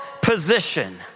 position